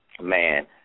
man